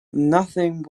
nothing